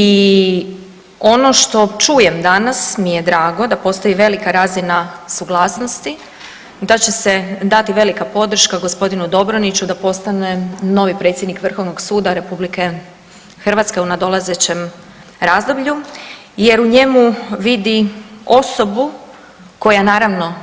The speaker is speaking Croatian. I ono što čujem danas mi je drago da postoji velika razina suglasnosti da će se dati velika podrška gospodinu Dobroniću da postane novi predsjednik Vrhovnog suda RH u nadolazećem razdoblju jer u njemu vidi osobu koja naravno,